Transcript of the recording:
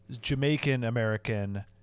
Jamaican-American